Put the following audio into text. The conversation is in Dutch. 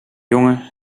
jongen